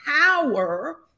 power